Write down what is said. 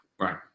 Right